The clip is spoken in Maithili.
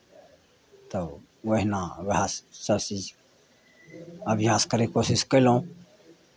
तऽ ओहिना उएह सभचीज अभ्यास करयके कोशिश कयलहुँ